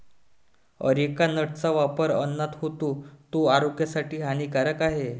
areca नटचा वापर अन्नात होतो, तो आरोग्यासाठी हानिकारक आहे